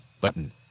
Button